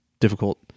difficult